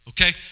Okay